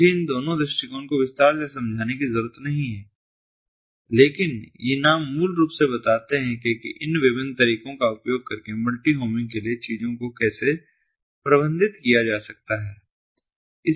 मुझे इन दोनों दृष्टिकोण को विस्तार से समझाने की जरूरत नहीं है लेकिन ये नाम मूल रूप से बताते हैं कि इन विभिन्न तरीकों का उपयोग करके मल्टी होमिंग के लिए चीजों को कैसे प्रबंधित किया जा सकता है